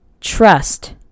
trust